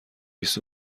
بیست